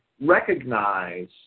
recognize